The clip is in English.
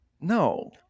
no